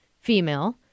female